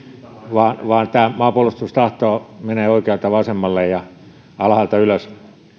vaan vaan tämä maanpuolustustahto menee oikealta vasemmalle ja alhaalta ylös